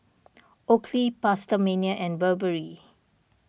Oakley PastaMania and Burberry